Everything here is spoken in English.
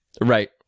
right